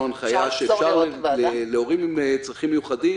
הנחיה שהורים לילדים עם צרכים מיוחדים